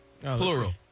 Plural